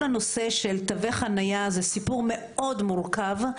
כל הנושא של תווי חניה הוא סיפור מאוד מורכב.